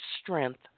strength